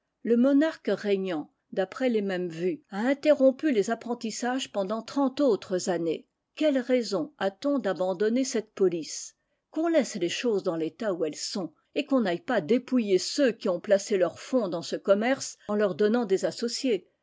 le monarque régnant d'après les mêmes vues a interrompu les apprentissages pendant trente autres années quelle raison a-t-on d'abandonner cette police qu'on laisse les choses dans l'état où elles sont et qu'on n'aille pas dépouiller ceux qui ont placé leurs fonds dans ce commerce en leur donnant des associés